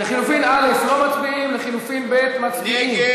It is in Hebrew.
על לחלופין א' לא מצביעים, על לחלופין ב' מצביעים.